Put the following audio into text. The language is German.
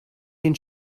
den